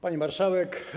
Pani Marszałek!